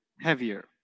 heavier